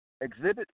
Exhibit